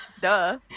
Duh